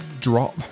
drop